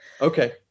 Okay